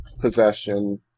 possession